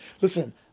Listen